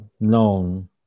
known